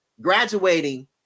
graduating